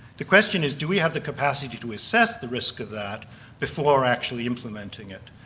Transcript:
the question is do we have the capacity to assess the risk of that before actually implementing it?